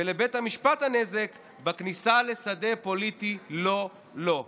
ולבית המשפט הנזק הוא בכניסה לשדה פוליטי לא לו.